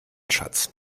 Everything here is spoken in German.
schatz